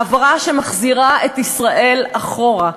העברה שמחזירה את ישראל אחורה.